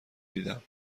دیدم